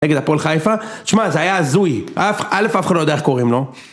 נגד הפועל חיפה תשמע זה היה הזוי. אף, אלף אף אחד לא יודע איך קוראים לו